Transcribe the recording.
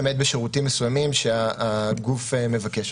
למעט בשירותים מסוימים שהגוף מבקש.